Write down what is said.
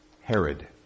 Herod